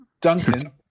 Duncan